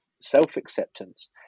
self-acceptance